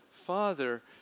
father